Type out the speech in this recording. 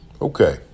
Okay